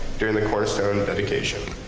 during the cornerstone vindication.